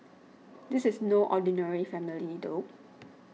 this is no ordinary family though